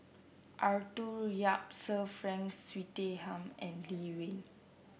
Arthur Yap Sir Frank Swettenham and Lee Wen